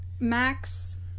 Max